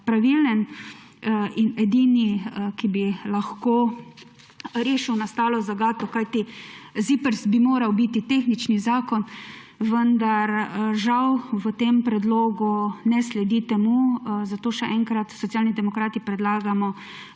pravilen in edini, ki bi lahko rešil nastalo zagato, kajti ZIPRS bi moral biti tehnični zakon, vendar žal v tem predlogu ne sledi temu. Zato še enkrat, Socialni demokrati predlagamo